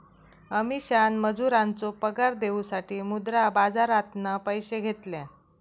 अमीषान मजुरांचो पगार देऊसाठी मुद्रा बाजारातना पैशे घेतल्यान